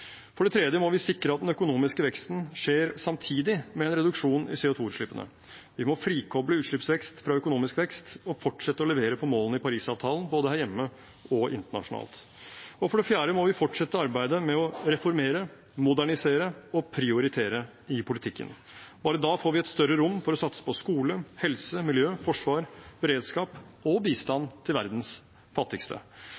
For det tredje må vi sikre at den økonomiske veksten skjer samtidig med en reduksjon i CO 2 -utslippene. Vi må frikoble utslippsvekst fra økonomisk vekst og fortsette å levere på målene i Parisavtalen, både her hjemme og internasjonalt. For det fjerde må vi fortsette arbeidet med å reformere, modernisere og prioritere i politikken. Bare da får vi et større rom for å satse på skole, helse, miljø, forsvar, beredskap og bistand